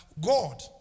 God